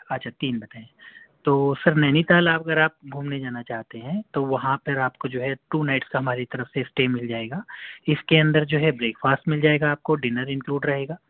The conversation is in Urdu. اچھا تین بتائیں تو سر نینی تال آپ اگر آپ گھومنے جانا چاہتے ہیں تو وہاں پر آپ کو جو ہے ٹو نائٹ کا ہماری طرف سے اسٹے مِل جائے گا اِس کے اندر جو ہے بریک فاسٹ مِل جائے گا آپ کو ڈنر انکلوڈ رہے گا